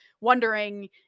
wondering